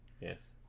Yes